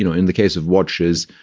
you know in the case of watches,